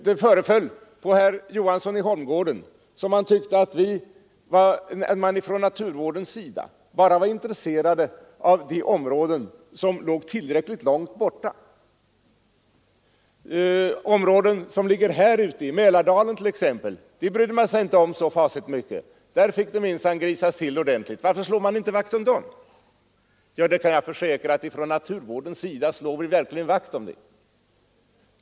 Det föreföll som om herr Johansson i Holmgården tyckte att man från naturvårdens sida bara var intresserad av de områden som låg tillräckligt långt borta, områden som låg här i Mälardalen t.ex. brydde man sig inte så mycket om, där fick det minsann grisas till ordentligt. Varför slog man inte vakt om dessa områden? Jag kan försäkra att vi inom naturvården verkligen slår vakt om dem.